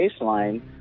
baseline